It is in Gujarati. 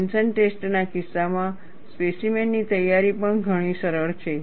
ટેન્શન ટેસ્ટ ના કિસ્સામાં સ્પેસીમેન ની તૈયારી પણ ઘણી સરળ છે